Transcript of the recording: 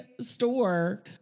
store